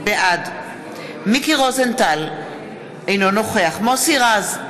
בעד מיקי רוזנטל, אינו נוכח מוסי רז,